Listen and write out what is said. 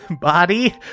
body